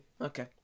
Okay